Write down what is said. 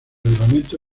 reglamento